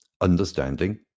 understanding